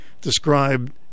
described